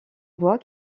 bois